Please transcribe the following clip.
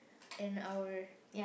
an hour